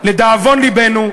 לדאבון לבנו,